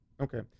okay